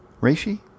Reishi